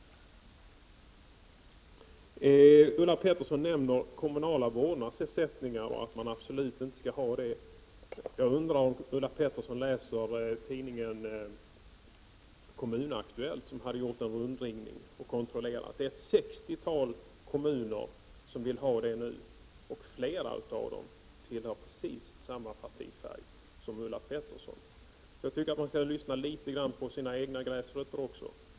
Ulla Pettersson sade att man absolut inte skall ha kommunala vårdnadsersättningar. Jag undrar om Ulla Pettersson läser tidningen Kommun Aktuellt. Den tidningen hade gjort en rundringning och kommit fram till att det nu är ett 60-tal kommuner som vill ha kommunal vårdnadsersättning, och flera av dem styrs av personer med precis samma partifärg som Ulla Pettersson. Jag tycker att Ulla Pettersson skall lyssna på det egna partiets gräsrötter också.